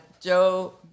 Joe